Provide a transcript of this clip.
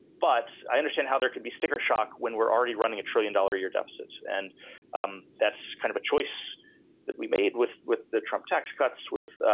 but i understand how there can be sticker shock when we're already running a trillion dollar a year deficits. and um that's kind of a choice that we made with with the trump tax cuts, with,